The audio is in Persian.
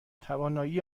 توانایی